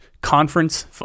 conference